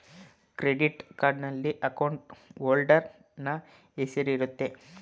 credit ಕಾರ್ಡ್ನಲ್ಲಿ account holder ನ ಹೆಸರಿರುತ್ತೆ